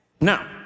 Now